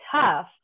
tough